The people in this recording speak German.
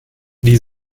die